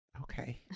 Okay